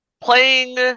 Playing